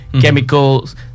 chemicals